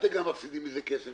אתם גם מפסידים מזה כסף.